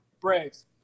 Braves